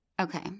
okay